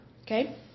okay